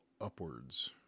upwards